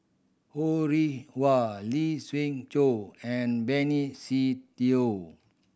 Ho Rih Hwa Lee Siew Choh and Benny Se Teo